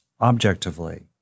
objectively